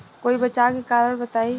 कोई बचाव के कारण बताई?